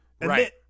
Right